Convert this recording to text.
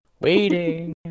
waiting